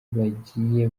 bagiye